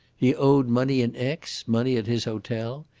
he owed money in aix, money at his hotel.